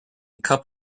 cup